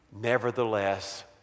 Nevertheless